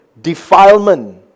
defilement